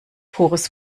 pures